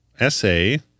essay